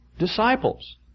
Disciples